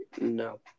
No